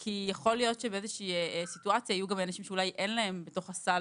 כי יכולה להיות סיטואציה של אנשים שאין להם בתוך הסל